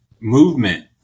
movement